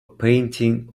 painting